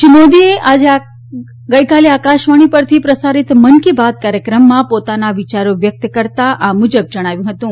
શ્રી મોદીએ ગઇકાલે આકાશવાણી પરથી પ્રસારિત મનકી બાત કાર્યક્રમમાં પોતાના વિયારો વ્યક્ત કરતાં આ મુજબ જણાવ્યું હતું